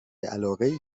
علاقهای